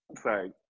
Sorry